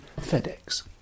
FedEx